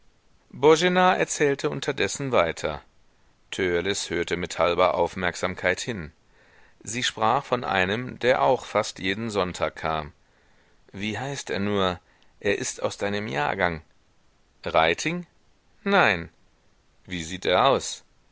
erzählte unterdessen weiter törleß hörte mit halber aufmerksamkeit hin sie sprach von einem der auch fast jeden sonntag kam wie heißt er nur er ist aus deinem jahrgang reiting nein wie sieht er aus